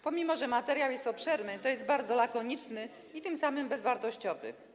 Pomimo że materiał jest obszerny, to jest bardzo lakoniczny i tym samym bezwartościowy.